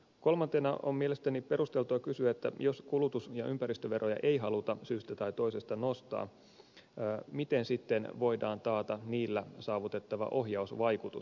kolmantena on mielestäni perusteltua kysyä että jos kulutus ja ympäristöveroja ei haluta syystä tai toisesta nostaa miten sitten voidaan taata niillä saavutettava ohjausvaikutus